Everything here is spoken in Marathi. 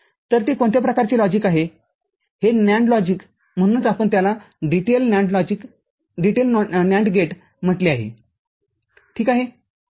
तरते कोणत्या प्रकारचे लॉजिकआहे हे NAND लॉजिकआहे म्हणूनच आपण त्याला DTL NAND गेट म्हटले आहे ठीक आहे